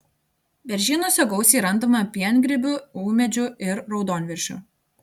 beržynuose gausiai randama piengrybių ūmėdžių ir raudonviršių